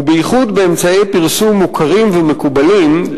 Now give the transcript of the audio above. ובייחוד באמצעי פרסום מוכרים ומקובלים,